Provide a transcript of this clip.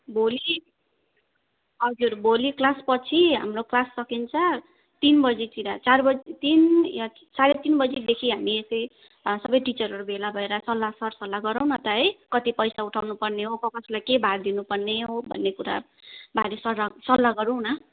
भोलि हजुर भोलि क्लास पछि हाम्रो क्लास सकिन्छ तिन बजीतिर चार बजी तिन या साढे तिन बजीदेखि हामी चाहिँ सबै टिचरहरू भेला भएर सल्लाह सरसल्लाह गरौँ न त है कति पैसा उठाउनु पर्ने हो को कसलाई के भार दिनुपर्ने हो भन्ने कुरा बारे सल्लाह सल्लाह गरौँ न